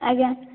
ଆଜ୍ଞା